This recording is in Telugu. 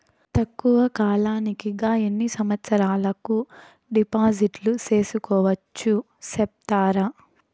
తక్కువ కాలానికి గా ఎన్ని సంవత్సరాల కు డిపాజిట్లు సేసుకోవచ్చు సెప్తారా